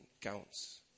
counts